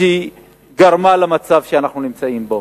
גרמה למצב שאנחנו נמצאים בו.